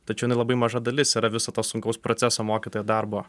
tačiau jinai labai maža dalis yra viso to sunkaus proceso mokytojo darbo